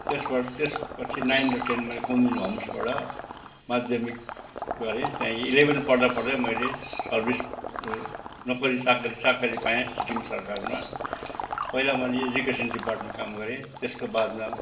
त्यसबाट त्यसपछि नाइन र टेन मैले कुम्दिनी होम्सबाट माध्यमिक गरेँ त्यहीँ इलेभेन पढ्दा पढ्दै मैले सर्भिस नोकरी चाकरी चाकरी पाएँ सिक्किम सरकारमा पहिला मैले एजुकेसन डिपार्टमा काम गरेँ त्यसको बादमा